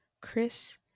Chris